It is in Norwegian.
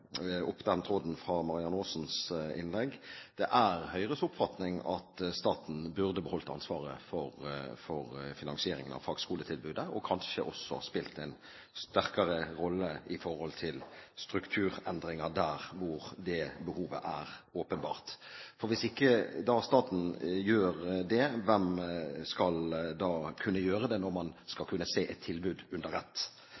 finansieringen av fagskoletilbudet og kanskje også spilt en sterkere rolle i forhold til strukturendringer der hvor det behovet er åpenbart. For hvis ikke staten gjør det, hvem skal kunne gjøre det når man